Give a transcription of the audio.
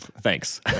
Thanks